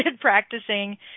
practicing